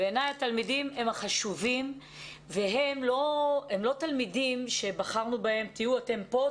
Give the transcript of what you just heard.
בעיני התלמידים הם החשובים והם לא תלמידים שבחרנו בהם 'תהיו אתם פה,